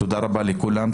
תודה רבה לכולם.